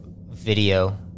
video